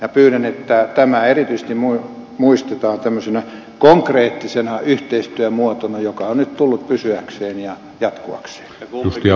minä pyydän että tämä erityisesti muistetaan tämmöisenä konkreettisena yhteistyömuotona joka on nyt tullut pysyäkseen ja jatkuakseen